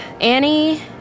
Annie